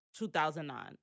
2009